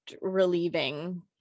relieving